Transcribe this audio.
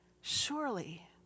surely